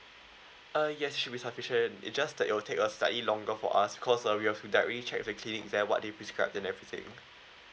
uh yes should be sufficient it just that your take a slightly longer for us because uh we've directly check the clinic their what they prescribe and everything